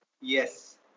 Yes